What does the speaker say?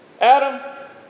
Adam